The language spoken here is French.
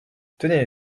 tenez